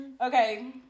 okay